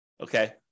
okay